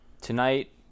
Tonight